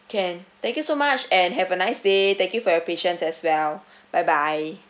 can thank you so much and have a nice day thank you for your patience as well bye bye